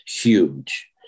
huge